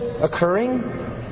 occurring